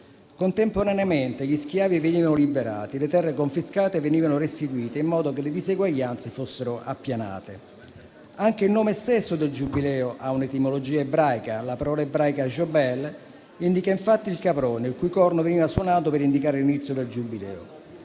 Contemporaneamente, gli schiavi venivano liberati e le terre confiscate venivano restituite in modo che le diseguaglianze fossero appianate. Anche il nome stesso del Giubileo ha un'etimologia ebraica: la parola ebraica *jobel* indica infatti il caprone, il cui corno veniva suonato per indicare l'inizio del Giubileo.